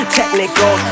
technical